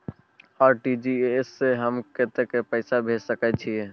RTG S स हम कत्ते पैसा भेज सकै छीयै?